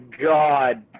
God